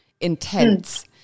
Intense